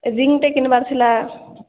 ରିଙ୍ଗଟେ କିଣିବାର ଥିଲା